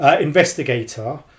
investigator